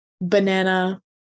banana